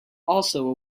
also